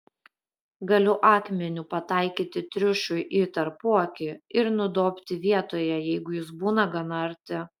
galiu akmeniu pataikyti triušiui į tarpuakį ir nudobti vietoje jeigu jis būna gana arti